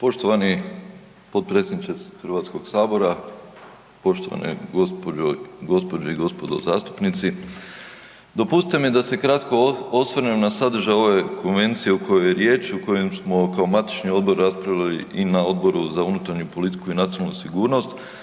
Poštovani potpredsjedniče HS-a, poštovane gospođe i gospodo zastupnici. Dopustite mi da se kratko osvrnem na sadržaj ove konvencije o kojoj je riječ i o kojoj smo kao matični odbor raspravili i na Odboru za unutarnju politiku i nacionalnu sigurnost